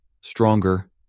stronger